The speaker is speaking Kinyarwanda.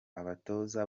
abatoza